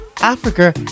Africa